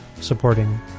supporting